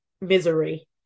misery